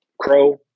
Crow